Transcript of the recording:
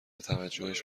توجهش